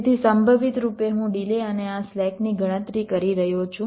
તેથી સંભવિત રૂપે હું ડિલે અને આ સ્લેકની ગણતરી કરી રહ્યો છું